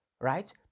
Right